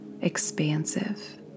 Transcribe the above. expansive